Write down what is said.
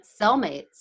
cellmates